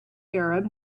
arab